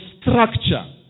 structure